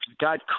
god